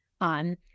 on